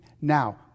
Now